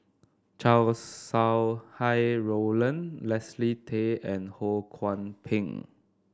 Chow Sau Hai Roland Leslie Tay and Ho Kwon Ping